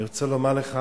אני רוצה לומר לך